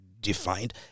defined